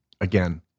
again